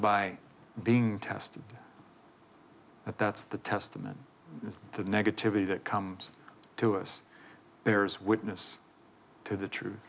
by being tested but that's the testament the negativity that comes to us there's witness to the true